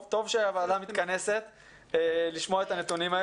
טוב שהוועדה מתכנסת על מנת לשמוע את הנתונים.